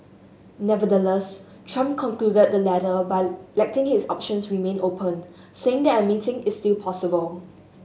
Nevertheless Trump concluded the letter by letting his options remain open saying that a meeting is still possible